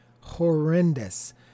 horrendous